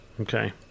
Okay